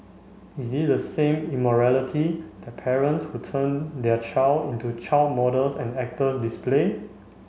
is this the same immorality that parents who turn their child into child models and actors display